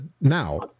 now